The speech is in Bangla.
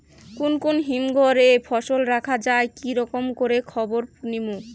কুন কুন হিমঘর এ ফসল রাখা যায় কি রকম করে খবর নিমু?